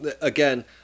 again